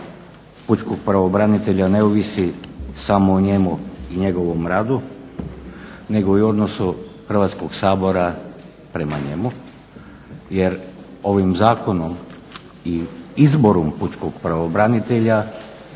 pučkog pravobranitelja ne ovisi samo o njemu i njegovom radu nego i odnosu Hrvatskog sabora prema njemu jer ovim zakonom i izborom pučkog pravobranitelja